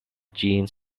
genes